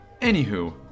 Anywho